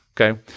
okay